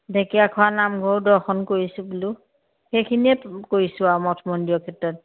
ঢেকীয়াখোৱা নামঘৰো দৰ্শন কৰিছোঁ বোলো সেইখিনিয়ে কৰিছোঁ আৰু মঠ মন্দিৰৰ ক্ষেত্ৰত